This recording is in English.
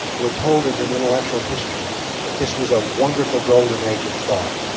we're told, is an intellectual history that this was a wonderful golden age of thought,